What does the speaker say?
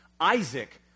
Isaac